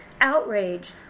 outrage